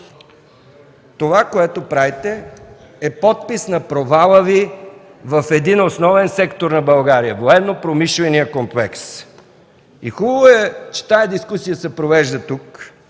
Това, което правите, е подпис на провала Ви в основен сектор на България – военнопромишления комплекс. Хубаво е, че тази дискусия се провежда тук,